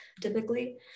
typically